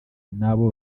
n’abo